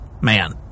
man